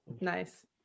Nice